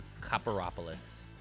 Copperopolis